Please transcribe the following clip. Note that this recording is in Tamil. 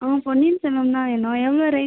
ஆ பொன்னியின் செல்வன் தான் வேணும் எவ்வளோ ரேட்